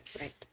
Right